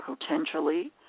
potentially